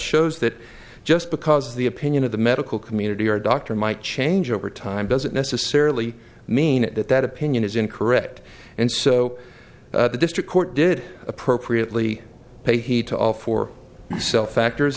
shows that just because the opinion of the medical community or doctor might change over time doesn't necessarily mean that that opinion is incorrect and so the district court did appropriately pay heed to all four cell factors